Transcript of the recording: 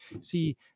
See